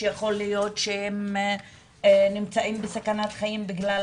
יכול להיות שהם נמצאים בסכנת חיים בגלל